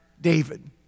David